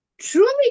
truly